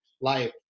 life